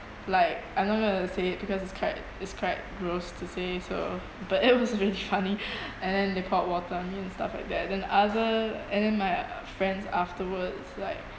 like I'm not gonna say it because it's quite it's quite gross to say so but it was really funny and then they poured water on me and stuff like that and then other and then my friends afterwards like